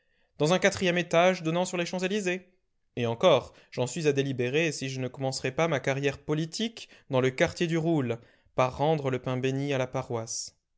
dans un quatrième étage donnant sur les champs-élysées et encore j'en suis à délibérer si je ne commencerai pas ma carrière politique dans le quartier du roule par rendre le pain bénit à la paroisse